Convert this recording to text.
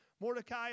Mordecai